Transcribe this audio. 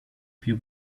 più